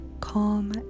calm